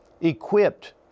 equipped